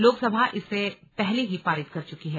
लोकसभा इसे पहले ही पारित कर चुकी है